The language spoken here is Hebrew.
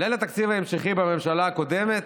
ליל התקציב ההמשכי בממשלה הקודמת,